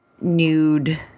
nude